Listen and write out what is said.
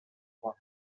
trois